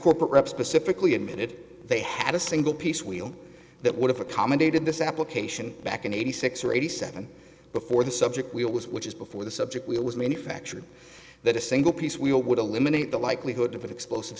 corporate reps specifically admitted they had a single piece wheel that would have accommodated this application back in eighty six or eighty seven before the subject we always which is before the subject we always manufactured that a single piece wheel would eliminate the likelihood of an explosive